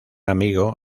amigo